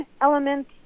element